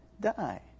die